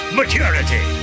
maturity